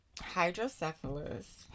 Hydrocephalus